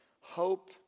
hope